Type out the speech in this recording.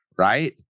Right